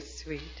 sweet